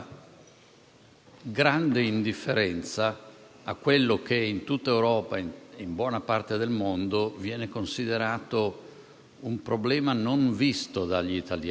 grande indifferenza rispetto a quello che in tutta Europa e in buona parte del mondo viene considerato un problema non visto dagli italiani,